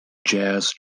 jazz